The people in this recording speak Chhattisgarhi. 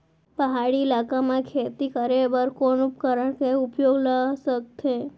पहाड़ी इलाका म खेती करें बर कोन उपकरण के उपयोग ल सकथे?